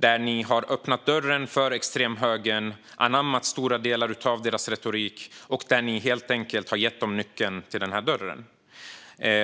i. Ni har öppnat dörren för extremhögern, anammat stora delar av deras retorik och helt enkelt gett dem nyckeln till denna dörr.